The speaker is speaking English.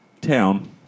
town